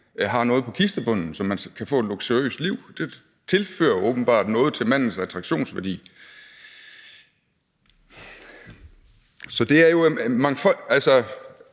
har noget på kistebunden, så man kan få et luksuriøst liv. Det tilfører åbenbart noget til mandens attraktionsværdi. Og vi andre